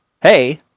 Hey